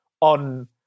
on